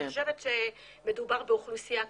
אני חושבת שמדובר באוכלוסייה קשה,